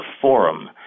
forum